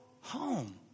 home